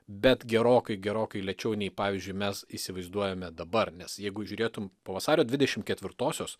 bet gerokai gerokai lėčiau nei pavyzdžiui mes įsivaizduojame dabar nes jeigu žiūrėtum po vasario dvidešim ketvirtosios